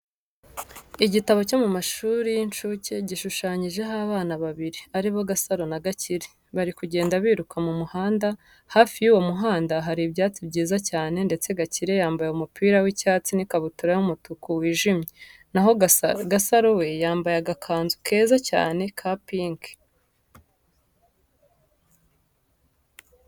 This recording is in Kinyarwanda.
Igitabo cyo mu mashuri y'inshuke gishushanyijeho abana babiri ari bo Gasaro na Gakire. Bari kugenda biruka mu muhanda, hafi y'uwo muhanda hari ibyatsi byiza cyane ndetse Gakire yambaye umupira w'icyatsi n'ikabutura y'umutuku wijimye, na ho Gasaro we yambaye agakanzu keza cyane ka pinki.